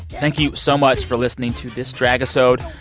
thank you so much for listening to this dragisode.